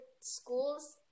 schools